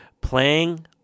playing